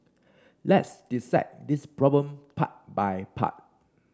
let's dissect this problem part by part